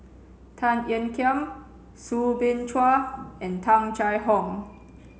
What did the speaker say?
Tan Ean Kiam Soo Bin Chua and Tung Chye Hong